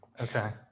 Okay